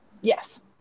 yes